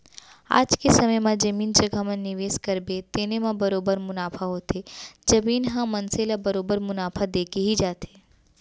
आज के समे म जमीन जघा म निवेस करबे तेने म बरोबर मुनाफा होथे, जमीन ह मनसे ल बरोबर मुनाफा देके ही जाथे